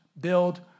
build